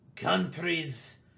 countries